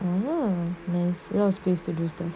ah a lot of space to use them